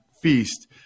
feast